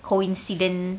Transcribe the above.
coincidence